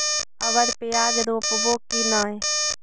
अबर प्याज रोप्बो की नय?